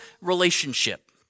relationship